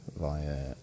via